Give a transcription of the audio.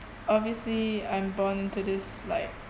obviously I'm born into this like